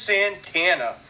Santana